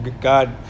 god